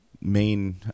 main